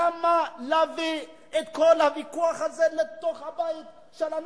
למה להביא את כל הוויכוח הזה לתוך הבית של אנשים?